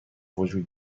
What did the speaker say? وجود